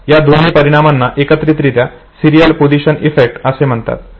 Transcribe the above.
या दोन्ही परिणामांना एकत्रितरित्या सिरीयल पोझिशन इफेक्ट असे म्हणतात